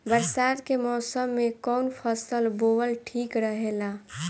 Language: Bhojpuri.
बरसात के मौसम में कउन फसल बोअल ठिक रहेला?